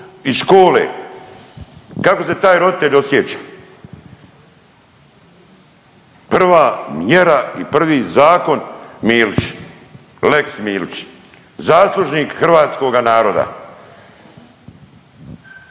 iz škole. Kako se taj roditelj osjeća? Prva mjera i prvi zakon Milić, lex Milić, zaslužnik hrvatskoga naroda!